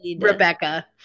Rebecca